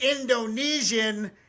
Indonesian